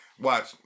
watch